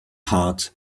heart